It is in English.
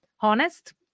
honest